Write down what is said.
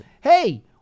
hey